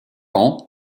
ans